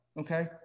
okay